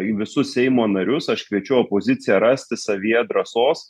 į visus seimo narius aš kviečiu opoziciją rasti savyje drąsos